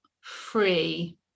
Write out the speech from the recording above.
free